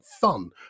fun